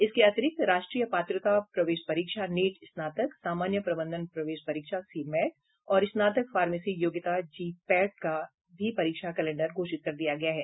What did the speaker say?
इसके अतिरिक्त राष्ट्रीय पात्रता प्रवेश परीक्षा नीट स्नातक सामान्य प्रबंधन प्रवेश परीक्षा सी मैट और स्नातक फार्मेसी योग्यता परीक्षा जी पैट का भी परीक्षा कैलेंडर घोषित कर दिया गया है